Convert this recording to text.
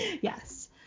Yes